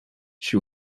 she